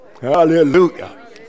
Hallelujah